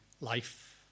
life